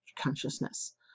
consciousness